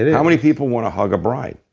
yeah how many people want to hug a bride?